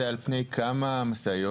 זה על פני כמה משאיות?